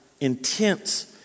intense